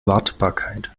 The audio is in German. wartbarkeit